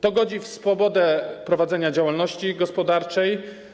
To godzi w swobodę prowadzenia działalności gospodarczej.